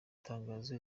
tangazo